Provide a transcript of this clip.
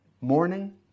morning